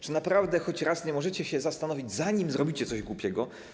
Czy naprawdę choć raz nie możecie się zastanowić, zanim zrobicie coś głupiego?